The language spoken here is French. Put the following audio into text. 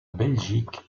belgique